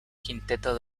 quinteto